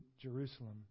Jerusalem